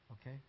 Okay